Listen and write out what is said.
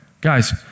Guys